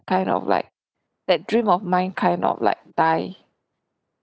kind of like that dream of mine kind of like die